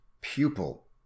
pupil